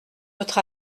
autre